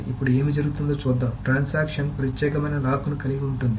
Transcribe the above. ఇప్పుడు ఏమి జరుగుతుందో చూద్దాం ట్రాన్సాక్షన్ ప్రత్యేకమైన లాక్ను కలిగి ఉంటుంది